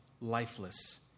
lifeless